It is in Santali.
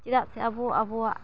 ᱪᱮᱫᱟᱜ ᱥᱮ ᱟᱵᱚ ᱟᱵᱚᱣᱟᱜ